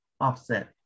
offset